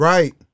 Right